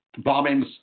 bombings